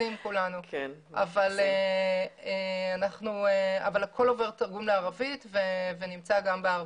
אבל הכול עובר תרגום לערבית ונמצא גם בערבית.